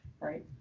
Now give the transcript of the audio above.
Right